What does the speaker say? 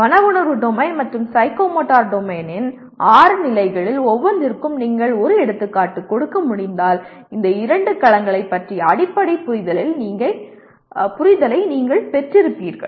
மன உணர்வு டொமைன் மற்றும் சைக்கோமோட்டர் டொமைனின் ஆறு நிலைகளில் ஒவ்வொன்றிற்கும் நீங்கள் ஒரு எடுத்துக்காட்டு கொடுக்க முடிந்தால் இந்த இரண்டு களங்களைப் பற்றிய அடிப்படை புரிதலை நீங்கள் பெற்றிருப்பீர்கள்